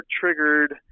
triggered